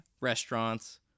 restaurants